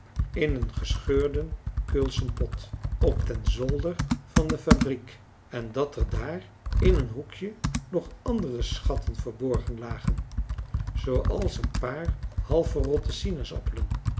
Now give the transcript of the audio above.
in een gescheurden keulschen pot op den zolder van de fabriek en dat er daar in een hoekje nog andere schatten verborgen lagen zooals een paar